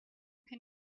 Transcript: can